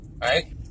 right